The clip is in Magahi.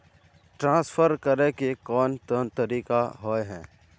ट्रांसफर करे के कोन कोन तरीका होय है?